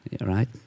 Right